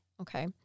Okay